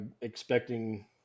expecting